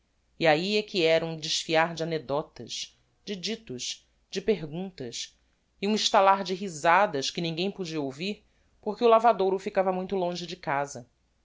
e ahi é que era um desfiar de anecdotas de ditos de perguntas e um estalar de risadas que ninguem podia ouvir porque o lavadouro ficava muito longe de casa